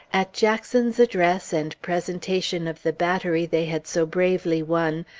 at jackson's address, and presentation of the battery they had so bravely won,